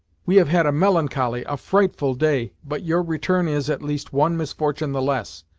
we have had a melancholy a frightful day but your return is, at least, one misfortune the less!